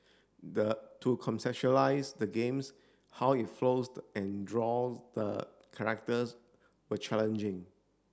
the to conceptualise the games how it flows and draw the characters were challenging